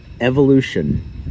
evolution